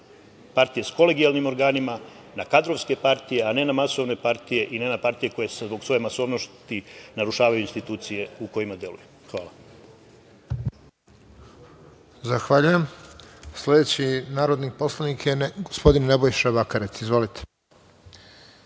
partije sa kolegijalnim organima, na kadrovske partije, a ne na masovne partije i ne na partije koje zbog svoje masovnosti narušavaju institucije u kojima deluju. Hvala. **Radovan Tvrdišić** Zahvaljujem. Sledeći narodni poslanik je gospodin Nebojša Bakarec. Izvolite.